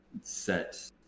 set